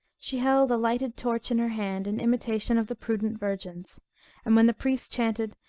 she held a lighted torch in her hand, in imitation of the prudent virgins and when the priest chanted,